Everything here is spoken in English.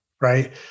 right